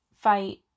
fight